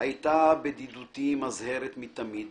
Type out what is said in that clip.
הייתה בדידותי מזהרת מתמיד